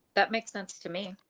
that makes sense to me.